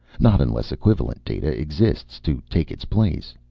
not unless equivalent data exists to take its place.